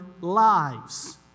lives